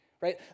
Right